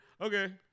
Okay